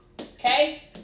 Okay